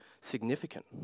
significant